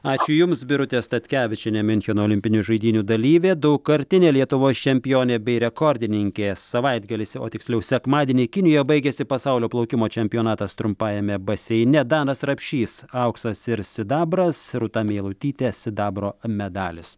ačiū jums birutė statkevičienė miuncheno olimpinių žaidynių dalyvė daugkartinė lietuvos čempionė bei rekordininkė savaitgalis o tiksliau sekmadienį kinijoje baigėsi pasaulio plaukimo čempionatas trumpajame baseine danas rapšys auksas ir sidabras rūta meilutytė sidabro medalis